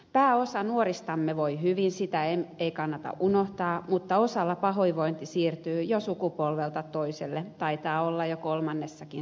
pääosa nuoristamme voi hyvin sitä ei kannata unohtaa mutta osalla pahoinvointi siirtyy jo sukupolvelta toiselle taitaa olla jo kolmannessakin sukupolvessa